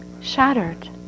shattered